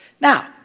Now